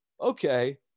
Okay